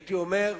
הייתי אומר,